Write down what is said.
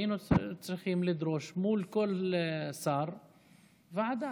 היינו צריכים לדרוש מול כל שר ועדה,